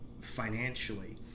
financially